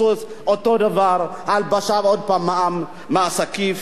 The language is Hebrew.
אותו דבר: ההלבשה, עוד פעם, מע"מ, מס עקיף,